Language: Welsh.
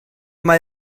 mae